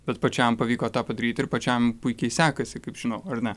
bet pačiam pavyko tą padaryt ir pačiam puikiai sekasi kaip žinau ar ne